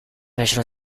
fecero